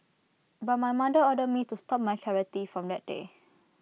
but my mother ordered me to stop my karate from that day